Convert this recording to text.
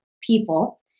people